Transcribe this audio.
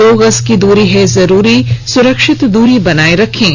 दो गज की दूरी है जरूरी सुरक्षित दूरी बनाए रखें